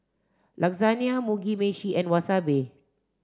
Lasagne Mugi meshi and Wasabi